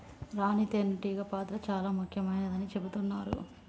రాణి తేనే టీగ పాత్ర చాల ముఖ్యమైనదని చెబుతున్నరు